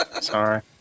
Sorry